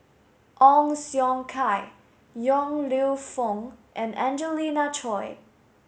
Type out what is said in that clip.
Ong Siong Kai Yong Lew Foong and Angelina Choy